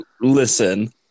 Listen